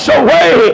away